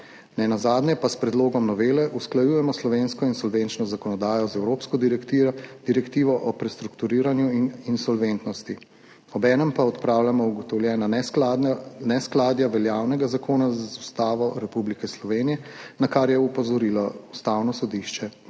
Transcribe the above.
Nenazadnje pa s predlogom novele usklajujemo slovensko insolvenčno zakonodajo z evropsko Direktivo o prestrukturiranju in insolventnosti. Obenem pa odpravljamo ugotovljena neskladja veljavnega zakona z Ustavo Republike Slovenije, na kar je opozorilo Ustavno sodišče